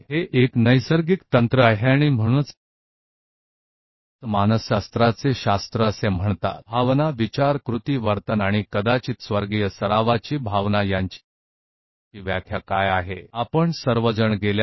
तो यह प्राकृतिक तकनीक है और इसीलिए कहा जाता है कि मनोविज्ञान की परिभाषा क्या है भावनाओं की अनुभूति परिभाषा विचार की क्रिया की व्यवहार की और शायद स्वर्ग का मनो अभ्यास हम सभी परिभाषाओं का उपयोग करते हैं जो पिछले 100 सालों से आ रही हैं